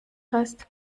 heißt